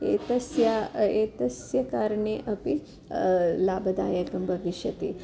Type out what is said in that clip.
एतस्य एतस्य कारणे अपि लाभदायकं भविष्यति